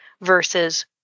versus